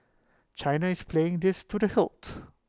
China is playing this to the hilt